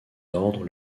ordres